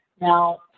Now